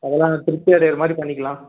அதெல்லாம் திருப்தி அடையுற மாதிரி பண்ணிக்கலாம்